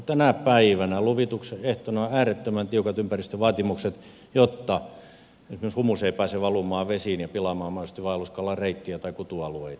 tänä päivänä luvituksen ehtona on äärettömän tiukat ympäristövaatimukset jotta esimerkiksi humus ei pääse valumaan vesiin ja pilaamaan mahdollisesti vaelluskalan reittiä tai kutualueita